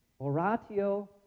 Oratio